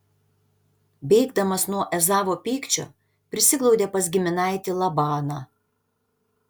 bėgdamas nuo ezavo pykčio prisiglaudė pas giminaitį labaną